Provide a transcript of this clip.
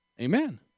Amen